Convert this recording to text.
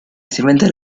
cemento